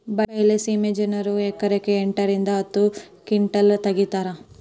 ಬೈಲಸೇಮಿ ಜನರು ಎಕರೆಕ್ ಎಂಟ ರಿಂದ ಹತ್ತ ಕಿಂಟಲ್ ತಗಿತಾರ